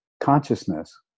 consciousness